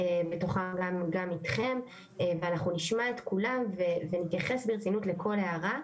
בתוכם גם איתכם ואנחנו נשמע את כולם ונתייחס ברצינות לכל הערה,